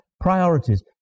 priorities